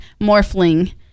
Morphling